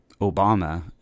obama